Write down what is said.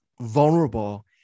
vulnerable